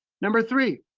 number three,